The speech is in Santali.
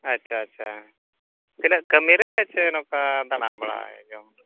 ᱟᱪᱪᱷᱟ ᱟᱪᱪᱷᱟ ᱛᱤᱱᱟᱹᱜ ᱠᱟᱹᱢᱤᱨᱮ ᱥᱮ ᱱᱚᱠᱟ ᱫᱟᱬᱟᱵᱟᱲᱟᱭ ᱡᱚᱝ